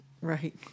Right